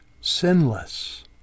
sinless